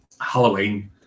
halloween